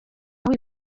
aho